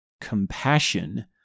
compassion